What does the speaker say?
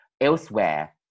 elsewhere